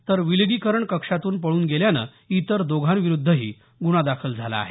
तर विलगीकरण कक्षातून पळून गेल्यामुळे इतर दोघांविरुद्धही गुन्हा दाखल झाला आहे